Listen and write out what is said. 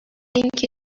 اینکه